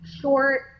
short